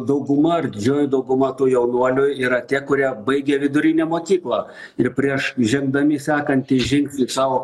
dauguma ar didžioji dauguma tų jaunuolių yra tie kurie baigė vidurinę mokyklą ir prieš žengdami sekantį žingsnį savo